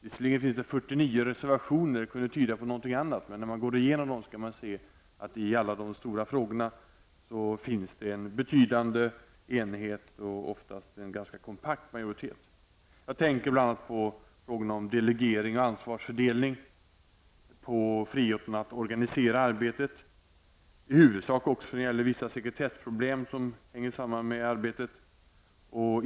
Visserligen har det avgivits 49 reservationer, vilket kunde tyda på någonting annat, men när man går igenom dem ser man att i alla de stora frågorna finns det en betydande enighet och oftast en ganska kompakt majoritet. Jag tänker bl.a. på frågorna om delegering och ansvarsfördelning, på friheten att organisera arbetet, i huvudsak också när det gäller vissa sekretessproblem som sammanhänger med det arbetet.